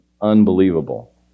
unbelievable